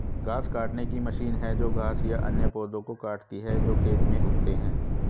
घास काटने की मशीन है जो घास या अन्य पौधों को काटती है जो खेत में उगते हैं